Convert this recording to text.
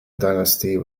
dynasty